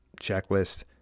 checklist